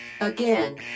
Again